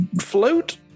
float